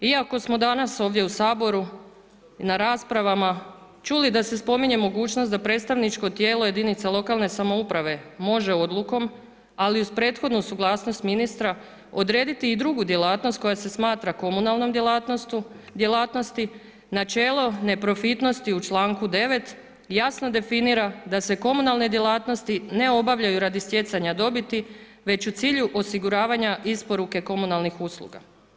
Iako smo danas ovdje u Saboru i na raspravama čuli da se spominje mogućnost da predstavničko tijelo jedinica lokalne samouprave može odlukom ali uz prethodnu suglasnost ministra odrediti i drugu djelatnost koja se smatra komunalnom djelatnosti, načelo neprofitnosti u članku 9. jasno definira da se komunalne djelatnosti ne obavljaju radi stjecanja dobiti već u cilju osiguravanja isporuke komunalnih usluga.